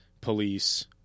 police